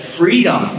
freedom